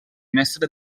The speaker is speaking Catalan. mestre